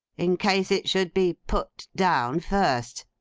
in case it should be put down first